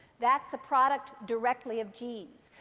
that's a product directly of genes.